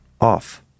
off